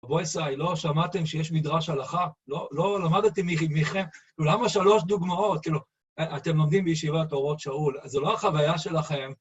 רבוסיי, לא שמעתם שיש מדרש הלכה? לא למדתי מכם. למה שלוש דוגמאות? כאילו, אתם לומדים בישיבת אורות שאול, אז זו לא החוויה שלכם.